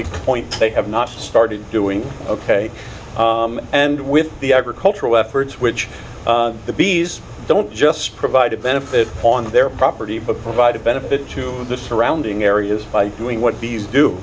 make a point they have not started doing ok and with the agricultural efforts which the bees don't just provide a benefit on their property but provide a benefit to the surrounding areas by doing what the